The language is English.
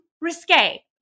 risque